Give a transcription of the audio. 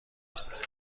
است